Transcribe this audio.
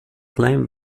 claim